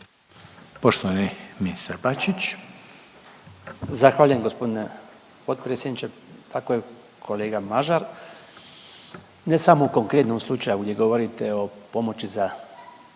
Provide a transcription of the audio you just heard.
Poštovani ministar Bačić.